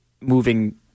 moving